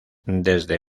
desde